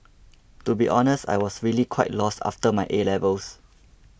to be honest I was really quite lost after my A levels